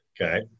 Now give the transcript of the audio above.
Okay